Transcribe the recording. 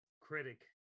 critic